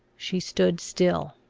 she stood still.